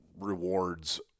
rewards